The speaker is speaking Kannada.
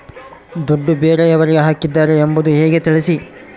ದುಡ್ಡು ಬೇರೆಯವರಿಗೆ ಹಾಕಿದ್ದಾರೆ ಎಂಬುದು ಹೇಗೆ ತಿಳಿಸಿ?